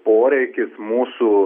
poreikis mūsų